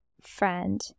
friend